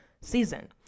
season